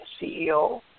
CEO